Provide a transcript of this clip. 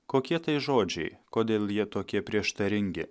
kokie tai žodžiai kodėl jie tokie prieštaringi